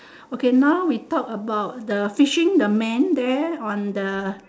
okay now we talk about the fishing the man there on the